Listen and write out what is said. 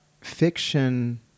fiction